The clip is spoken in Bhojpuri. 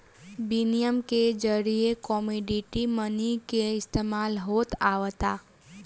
बिनिमय के जरिए कमोडिटी मनी के इस्तमाल होत आवता